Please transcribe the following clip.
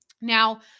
Now